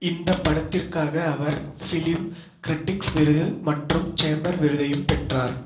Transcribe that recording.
இந்தப் படத்திற்காக அவர் ஃப்லிம் கிரிட்டிக்ஸ் விருது மற்றும் சேம்பர் விருதையும் பெற்றார்